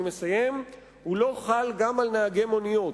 הוא לא חל גם על נהגי מוניות,